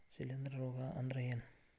ಶಿಲೇಂಧ್ರ ರೋಗಾ ಅಂದ್ರ ಏನ್?